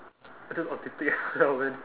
that's just autistic as hell man